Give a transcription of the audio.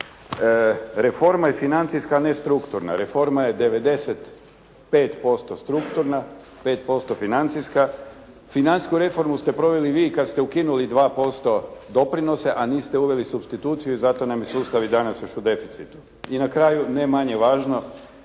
Reforma je financijska, a ne strukturna. Reforma je 95% strukturna, 5% financijska. Financijsku reformu ste proveli vi kad ste ukinuli 2% doprinose a niste uveli substituciju i zato nam je sustav i danas još u deficitu. I na kraju ne manje važno